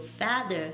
father